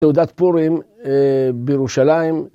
תעודת פורים בירושלים.